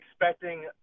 expecting